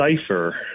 cipher